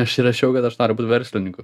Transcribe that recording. aš įrašiau kad aš noriu būt verslininku